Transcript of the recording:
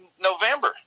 november